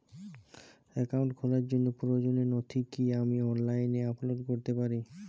Account খোলার জন্য প্রয়োজনীয় নথি কি আমি অনলাইনে আপলোড করতে পারি?